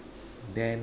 then